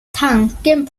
tanken